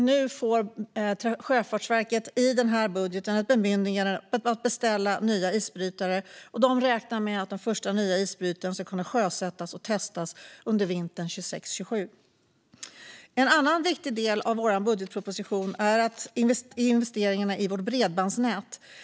I och med den här budgeten får Sjöfartsverket ett bemyndigande att beställa nya isbrytare, och man räknar med att den första nya isbrytaren ska kunna sjösättas och testas under vintern 2026/27. En annan viktig del av vår budgetproposition är investeringarna i Sveriges bredbandsnät.